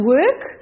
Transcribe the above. work